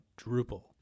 Drupal